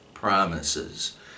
promises